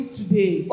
today